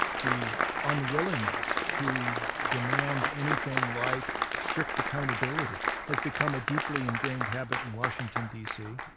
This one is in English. the unwillingness to demand anything like strict accountability has become a deeply ingrained habit in washington d c,